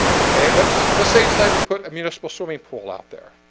okay, let's let's see decide to put a municipal swimming pool out there